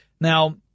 Now